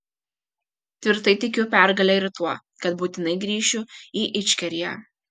tvirtai tikiu pergale ir tuo kad būtinai grįšiu į ičkeriją